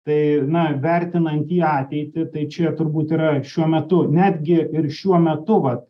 tai na vertinant į ateitį tai čia turbūt yra šiuo metu netgi ir šiuo metu vat